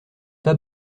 pas